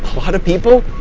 a lot of people,